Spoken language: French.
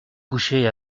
couché